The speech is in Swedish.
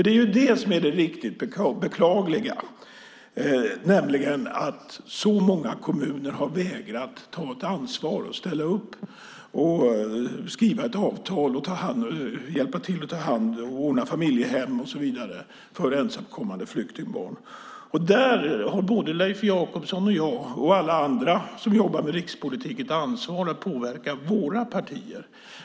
Det riktigt beklagliga är nämligen att så många kommuner har vägrat att ta ett ansvar, att ställa upp, att skriva ett avtal, att ordna familjehem och så vidare för ensamkommande flyktingbarn. Där har både Leif Jakobsson och jag och alla andra som jobbar med rikspolitik ett ansvar att påverka våra partier.